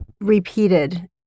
repeated